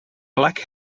black